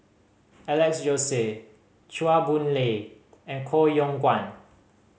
Alex Josey Chua Boon Lay and Koh Yong Guan